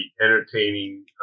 entertaining